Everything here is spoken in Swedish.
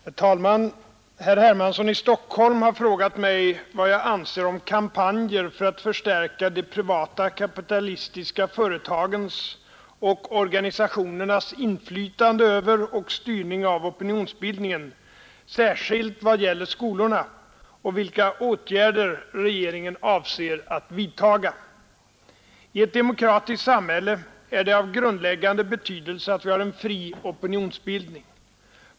Herr talman! Herr Hermansson i Stockholm har frågat mig vad jag anser om kampanjer för att förstärka de privata kapitalistiska företagens och organisationernas inflytande över och styrning av opinionsbildningen, särskilt vad gäller skolorna, och vilka åtgärder regeringen avser att vidtaga. I ett demokratiskt samhälle är det av grundläggande betydelse att vi har en fri opinionsbildning.